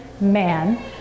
man